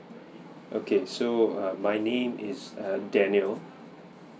okay so err my name is err daniel